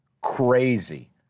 Crazy